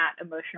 emotional